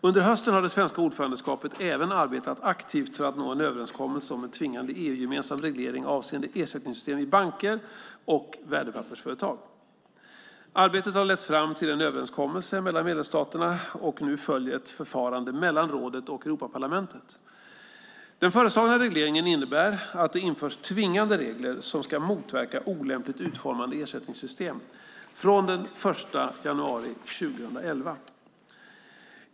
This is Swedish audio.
Under hösten har det svenska ordförandeskapet även arbetat aktivt för att nå en överenskommelse om en tvingande EU-gemensam reglering avseende ersättningssystem i banker och värdepappersföretag. Arbetet har lett fram till en överenskommelse mellan medlemsstaterna, och nu följer ett förfarande mellan rådet och Europaparlamentet. Den föreslagna regleringen innebär att det införs tvingande regler som ska motverka olämpligt utformade ersättningssystem från den 1 januari 2011.